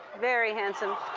very handsome.